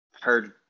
heard